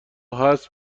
هست